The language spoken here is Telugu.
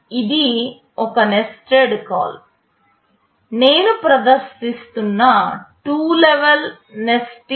ఇది ఒక నేస్ట్డ్ కాల్ నేను ప్రదర్శిస్తున్న టు లెవెల్ నేస్ట్ఇంగ్